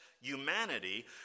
humanity